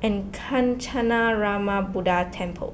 and Kancanarama Buddha Temple